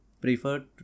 prefer